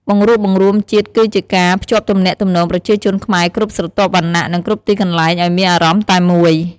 បង្រួបបង្រួមជាតិគឹជាការ ភ្ជាប់ទំនាក់ទំនងប្រជាជនខ្មែរគ្រប់ស្រទាប់វណ្ណៈ និងគ្រប់ទីកន្លែងឲ្យមានអារម្មណ៍តែមួយ។